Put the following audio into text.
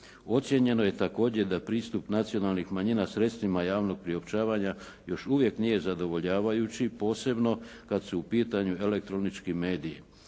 Ocijenjeno je također da pristup nacionalnih manjina sredstvima javnog priopćavanja još uvijek nije zadovoljavajući posebno kada su u pitanju elektronički mediji.